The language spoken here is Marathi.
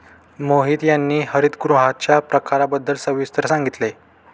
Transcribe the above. मोहित यांनी हरितगृहांच्या प्रकारांबद्दल सविस्तर सांगितले